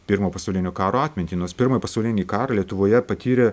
pirmo pasaulinio karo atmintį nors pirmąjį pasaulinį karą lietuvoje patyrė